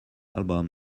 album